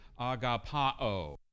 agapao